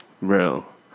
Real